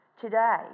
today